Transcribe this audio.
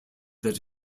that